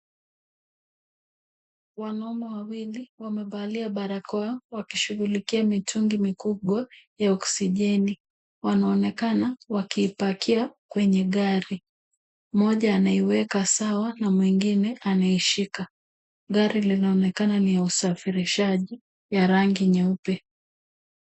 Wanaume wawili wamevalia barakoa wakishughulikia mitungi mikubwa ya oksijeni . Wanaonekana wakiipakia kwenye gari. Mmoja anaiweka sawa na mwingine anaishika gari linaonekana ya usafirishaji ya rangi nyeupe.